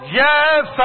yes